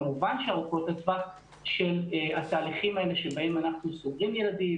כמובן שארוכות הטווח של התהליכים האלה שבהם אנחנו סוגרים ילדים,